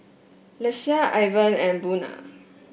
Lesia Ivan and Buna